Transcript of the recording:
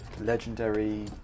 legendary